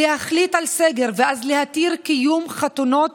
להחליט על סגר ואז להתיר קיום חתונות